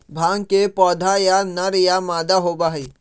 भांग के पौधा या नर या मादा होबा हई